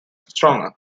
stronger